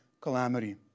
calamity